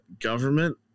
government